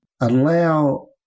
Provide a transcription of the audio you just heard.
allow